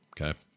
Okay